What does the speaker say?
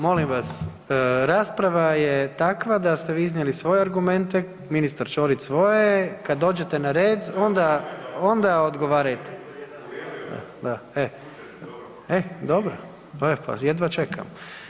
Molim vas rasprava je takva da ste vi iznijeli svoje argumente, ministar Ćorić svoje kad dođete na red onda, onda odgovarajte, e dobro, jedva čekam.